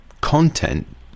content